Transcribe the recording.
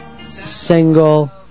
single